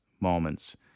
moments